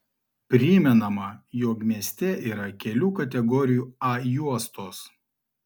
primenama jog mieste yra kelių kategorijų a juostos